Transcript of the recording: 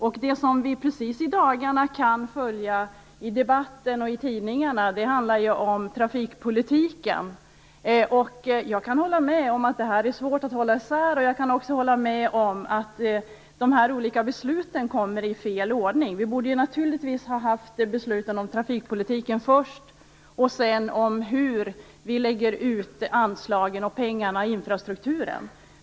De frågor vi i dagarna kan följa i debatten och i tidningar handlar om trafikpolitiken. Jag kan hålla med om att det är svårt att hålla isär frågorna. Jag kan också hålla med om att besluten kommer i fel ordning. Vi borde naturligtvis ha fattat besluten om trafikpolitiken först och sedan om hur vi lägger ut anslagen för infrastrukturen.